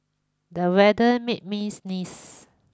the weather made me sneeze